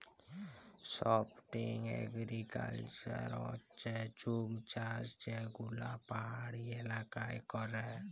shifting agriculture হচ্যে জুম চাষ যে গুলা পাহাড়ি এলাকায় ক্যরে